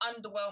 underwhelming